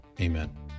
Amen